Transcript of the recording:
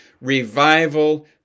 revival